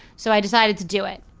so i decided to do it.